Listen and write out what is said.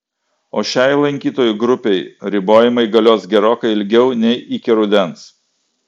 o šiai lankytojų grupei ribojimai galios gerokai ilgiau nei iki rudens